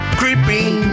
creeping